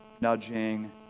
nudging